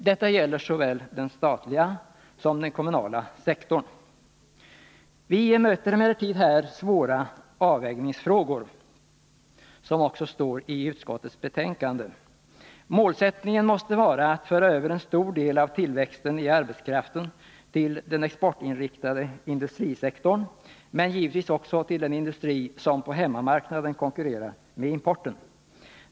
Detta gäller såväl den statliga som den kommunala sektorn. Vi möter emellertid här svåra avvägningsfrågor, som det också står i utskottets betänkande. Målsättningen måste vara att föra över en stor del av tillväxten i arbetskraften till den exportinriktade industrisektorn men givetvis också till den industri som på hemmamarknaden konkurrerar med importen.